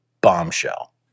bombshell